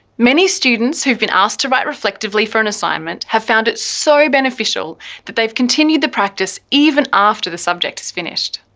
many students who've been asked to write reflectively for an assignment have found it so beneficial that they've continued the practice even after the subject has finished.